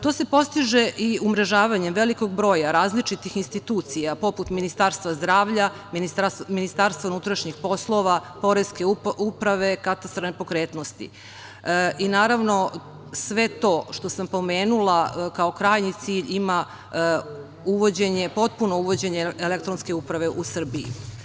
To se postiže i umrežavanjem velikog broja različitih institucija poput Ministarstva zdravlja, Ministarstva unutrašnjih poslova, Poreske uprave, Katastra nepokretnosti i sve to što sam pomenula kao krajnji cilj ima potpuno uvođenje elektronske uprave u Srbiji.